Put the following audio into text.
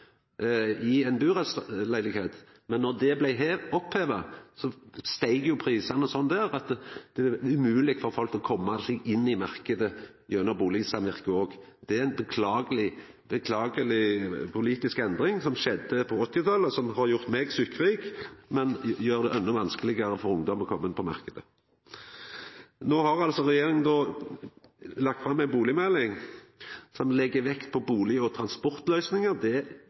bustadmarknaden i ei burettslagsleilegheit. Men då det blei oppheva, steig prisane sånn at det blei umogleg for folk å koma seg inn i marknaden gjennom bustadsamvirket. Det var ei beklageleg politisk endring som skjedde på 1980-talet, som har gjort meg søkkrik, men som har gjort det endå vanskelegare for ungdom å koma inn på marknaden. Nå har altså regjeringa lagt fram ei bustadmelding som legg vekt på bustad- og transportløysingar. Det